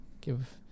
give